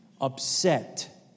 upset